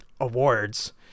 awards